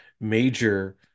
major